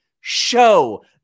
show